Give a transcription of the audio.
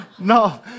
No